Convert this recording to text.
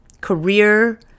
career